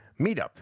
meetup